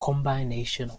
combination